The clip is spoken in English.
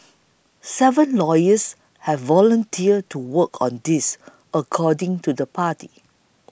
seven lawyers have volunteered to work on this according to the party